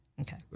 Okay